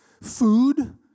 food